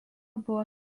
buvo